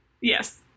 Yes